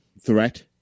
threat